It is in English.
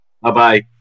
Bye-bye